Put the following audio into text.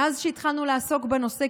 מאז שהתחלנו לעסוק בנושא,